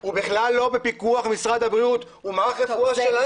הוא כלל לא בפיקוח משרד הבריאות אלא הוא מערך רפואה שלהם.